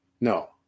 no